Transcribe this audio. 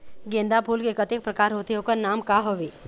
गेंदा फूल के कतेक प्रकार होथे ओकर नाम का हवे?